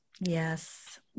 Yes